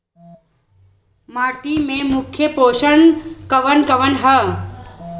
माटी में मुख्य पोषक कवन कवन ह?